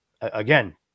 Again